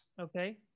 Okay